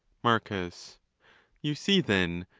marcus you see, then,